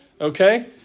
okay